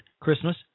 Christmas